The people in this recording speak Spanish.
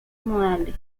modales